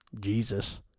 Jesus